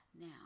Now